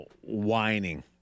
whining